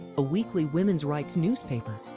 a weekly women's rights newspaper.